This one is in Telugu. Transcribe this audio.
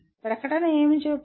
ప్రకటన ఏమి చెబుతుంది